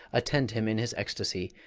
attend him in his ecstasy,